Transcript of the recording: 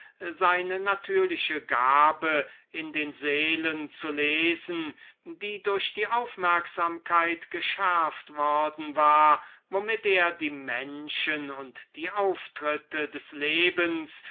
seine natürliche gabe in den seelen zu lesen die durch die aufmerksamkeit geschärft worden war womit er die menschen und die auftritte des lebens